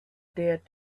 dared